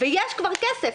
ויש כבר כסף,